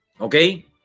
Okay